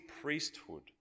priesthood